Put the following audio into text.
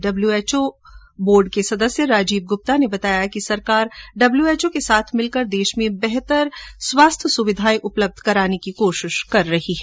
W HO board के सदस्य राजीव गुप्ता ने बताया कि सरकार डब्लूएचओ के साथ मिलकर देश में बेहतर स्वास्थ्य सेवायें उपलब्ध कराने का प्रयास कर रही हैं